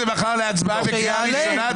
תעלו.